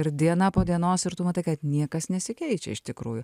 ir diena po dienos ir tu matai kad niekas nesikeičia iš tikrųjų